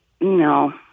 No